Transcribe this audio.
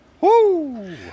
Woo